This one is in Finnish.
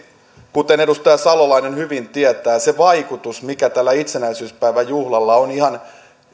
kuten edustaja salolainen hyvin tietää esimerkiksi se vaikutus mikä tällä itsenäisyyspäivän juhlalla on ihan